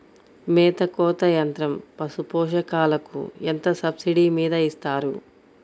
మేత కోత యంత్రం పశుపోషకాలకు ఎంత సబ్సిడీ మీద ఇస్తారు?